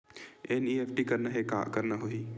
NEFT करना हे का करना होही?